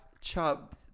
chub